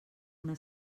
una